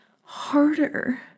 Harder